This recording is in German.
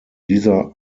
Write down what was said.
dieser